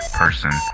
person